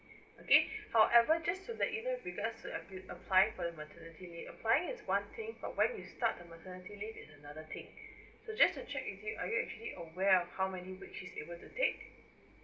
okay however just to let you know with regards to ap~ applying for maternity leave applying is one thing but when you start the maternity leave is another thing so just to check with you are you actually aware of how many weeks she's able to take